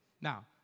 Now